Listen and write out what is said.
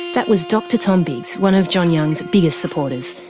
that was dr tom biggs, one of john young's biggest supporters.